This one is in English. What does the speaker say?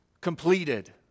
completed